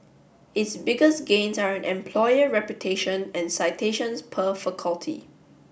its biggest gains are in employer reputation and citations per faculty